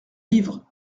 livres